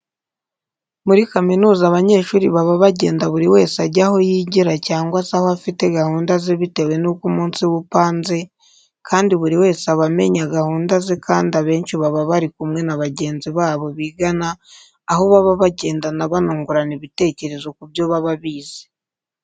Muri kaminuza abanyeshuri baba bagenda buri wese ajya aho yigira cyangwa se aho afite gahunda ze bitewe n'uko umunsi we upanze, kandi buri wese aba amenya gahunda ze kandi abenshi baba bari kumwe na bagenzi babo bigana aho baba bagendana banungurana ibitekerezo ku byo baba bize.